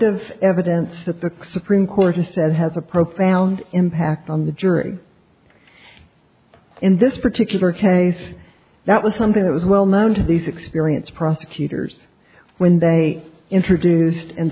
of evidence that the supreme court has said has a profound impact on the jury in this particular case that was something that was well known to these experienced prosecutors when they introduced and